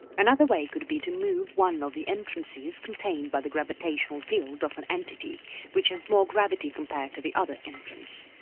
another way could be to move one of the entrances contained by the gravitational field of an entity which has more gravity compared to the other entrance,